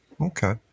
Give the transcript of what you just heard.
Okay